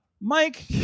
Mike